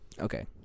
Okay